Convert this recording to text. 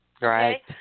Right